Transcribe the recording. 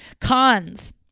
cons